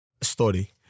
story